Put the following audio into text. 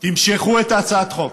תמשכו את הצעת החוק.